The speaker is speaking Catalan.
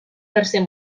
tercer